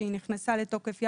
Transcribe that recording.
כשהיא נכנסה לתוקף,